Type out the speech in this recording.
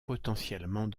potentiellement